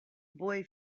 boy